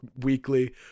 weekly